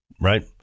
right